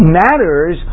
matters